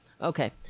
okay